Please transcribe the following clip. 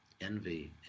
envy